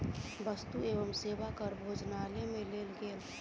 वस्तु एवं सेवा कर भोजनालय में लेल गेल